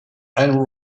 and